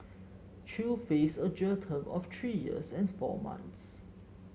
chew face a jail term of three years and four months